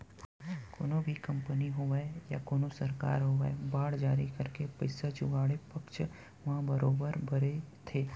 कोनो भी कंपनी होवय या कोनो सरकार होवय बांड जारी करके पइसा जुगाड़े पक्छ म बरोबर बरे थे